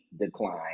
decline